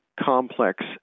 complex